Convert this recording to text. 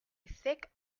thick